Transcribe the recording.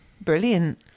Brilliant